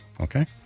Okay